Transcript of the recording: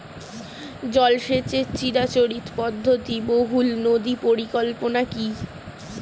জল সেচের চিরাচরিত পদ্ধতি বহু নদী পরিকল্পনা কি?